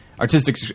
artistic